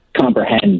comprehend